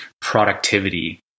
productivity